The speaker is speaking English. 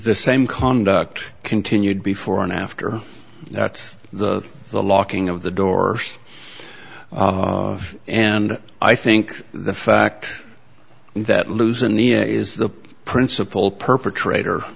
the same conduct continued before and after that's the the locking of the doors and i think the fact that lose in the end is the principle perpetrator